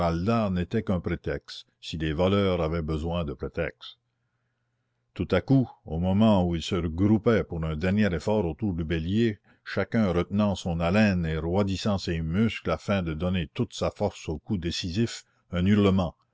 n'était qu'un prétexte si des voleurs avaient besoin de prétextes tout à coup au moment où ils se groupaient pour un dernier effort autour du bélier chacun retenant son haleine et roidissant ses muscles afin de donner toute sa force au coup décisif un hurlement